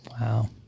wow